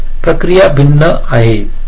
तर प्रक्रिया भिन्नता असतील